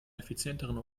effizienteren